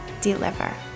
deliver